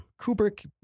Kubrick